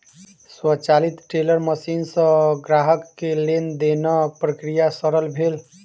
स्वचालित teller machine सॅ ग्राहक के लेन देनक प्रक्रिया सरल भेल